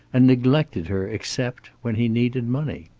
and neglected her except, when he needed money.